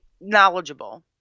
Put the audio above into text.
knowledgeable